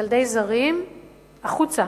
ילדי זרים החוצה,